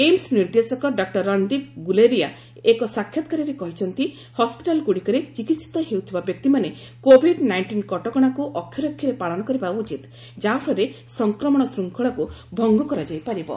AIIMS ନିର୍ଦ୍ଦେଶକ doctor Randeep Guleria ଏକ ସାକ୍ଷାତକାରରେ କହିଛନ୍ତି ହସ୍କିଟାଲ୍ଗୁଡ଼ିକରେ ଚିକିିିତ ହେଉଥିବା ବ୍ୟକ୍ତିମାନେ କୋଭିଡ୍ ନାଇଷ୍ଟିନ୍ କଟକଣାକୁ ଅକ୍ଷରେ ଅକ୍ଷରେ ପାଳନ କରିବା ଉଚିତ୍ ଯାହାଫଳରେ ସଂକ୍ରମଣ ଶୃଙ୍ଖଳାକୁ ଭଙ୍ଗ କରାଯାଇ ପାରିବ